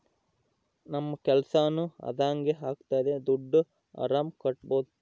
ನಮ್ ಕೆಲ್ಸನೂ ಅದಂಗೆ ಆಗ್ತದೆ ದುಡ್ಡು ಆರಾಮ್ ಕಟ್ಬೋದೂ